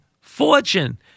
fortune